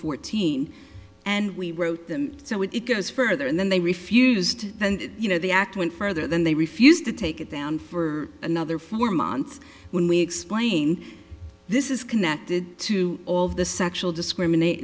fourteen and we wrote them so it goes further and then they refused and you know the act went further than they refused to take it down for another four months when we explain this is connected to all the sexual discriminat